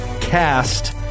cast